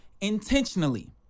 intentionally